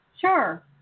Sure